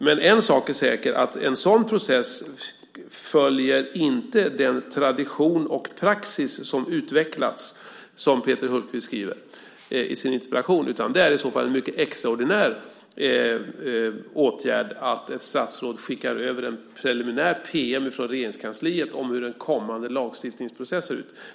Men en sak är säker: En sådan process följer inte den tradition och praxis som har utvecklats, som Peter Hultqvist skriver i sin interpellation. Det är i så fall en extraordinär åtgärd att ett statsråd skickar över ett preliminärt pm från Regeringskansliet om hur en kommande lagstiftningsprocess ser ut.